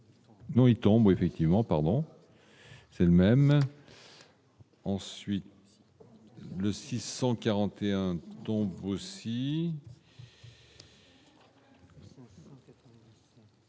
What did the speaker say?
Non, il tombait effectivement, pardon, c'est le même. Ensuite, le 641 tombes aussi.